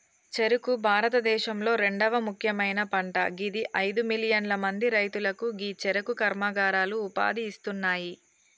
చెఱుకు భారతదేశంలొ రెండవ ముఖ్యమైన పంట గిది అయిదు మిలియన్ల మంది రైతులకు గీ చెఱుకు కర్మాగారాలు ఉపాధి ఇస్తున్నాయి